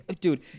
Dude